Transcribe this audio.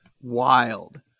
wild